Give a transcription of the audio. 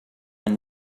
and